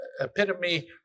epitome